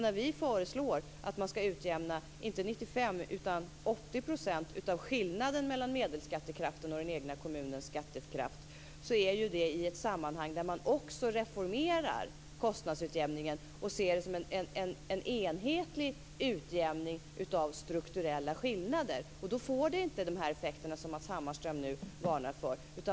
När vi föreslår att man skall utjämna inte 95 % utan 80 % av skillnaden mellan medelskattekraften och den egna kommunens skattekraft, är det i ett sammanhang där man också reformerar kostnadsutjämningen och ser det som en enhetlig utjämning av strukturella skillnader. Då får det inte de effekter som Matz Hammarström varnar för.